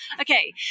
okay